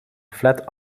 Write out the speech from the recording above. flat